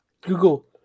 google